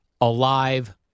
Alive